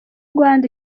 rwanda